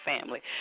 family